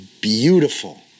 beautiful